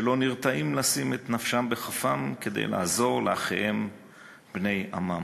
ולא נרתעים לשים נפשם בכפם כדי לעזור לאחיהם בני עמם.